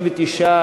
59,